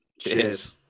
Cheers